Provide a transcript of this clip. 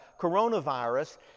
coronavirus